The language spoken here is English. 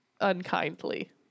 unkindly